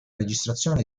registrazione